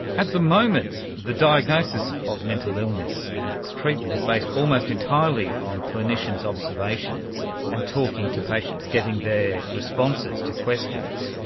at the moment the diagnosis of mental illness and its treatment is based almost entirely on clinicians' observations and talking to patients, getting their responses to questions.